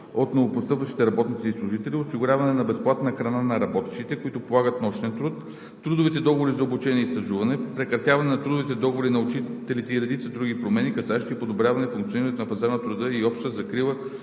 от новопостъпващите работници и служители; осигуряване на безплатната храна на работещите, които полагат нощен труд; трудовите договори за обучение и стажуване; прекратяването на трудовите договори на учителите и редица други промени, касаещи подобряване функционирането на пазара на труда и общата закрила